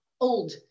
old